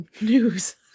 news